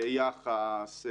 יחס,